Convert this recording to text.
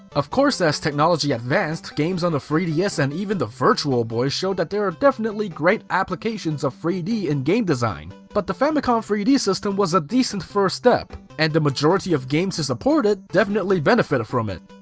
of course, as technology advanced, games on the three ds and even the virtual boy showed that there are definitely great applications of three d in game design, but the famicom three d system was a decent first step, and the majority of games it supported definitely benefited from it.